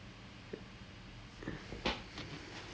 but err you know actually I took the drama model